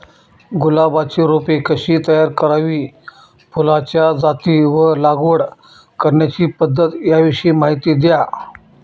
गुलाबाची रोपे कशी तयार करावी? फुलाच्या जाती व लागवड करण्याची पद्धत याविषयी माहिती द्या